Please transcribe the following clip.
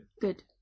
Good